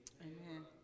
Amen